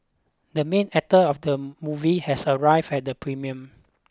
the main actor of the movie has arrived at the premium